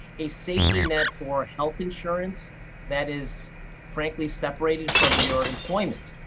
a safety net for health insurance that is frankly separated from your employment.